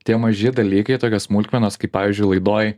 tie maži dalykai tokios smulkmenos kaip pavyzdžiui laidoj